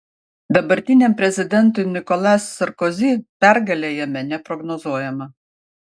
dabartiniam prezidentui nicolas sarkozy pergalė jame neprognozuojama